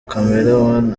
chameleone